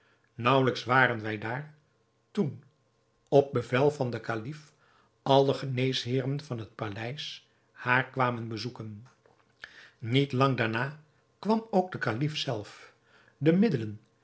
naauwelijks waren wij daar toen op bevel van den kalif alle geneesheeren van het paleis haar kwamen bezoeken niet lang daarna kwam ook de kalif zelf de middelen